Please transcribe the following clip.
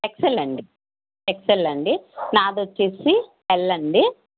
XL అండి XL అండి నాది వచ్చి ఎల్ అండి